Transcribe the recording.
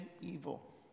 evil